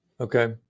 okay